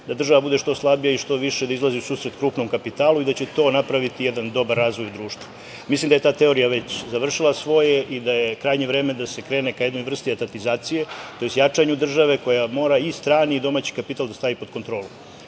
da država bude što slabija i što više da izlazi u susret krupnom kapitalu i da će to napraviti jedan dobar razvoj u društvu. Mislim da je ta teorija već završila svoje i da je krajnje vreme da se krene ka jednoj vrsti etatizacije, tj. jačanju države, koja mora i strani i domaći kapital da stavi pod kontrolu.